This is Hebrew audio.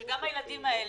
שגם הילדים האלה.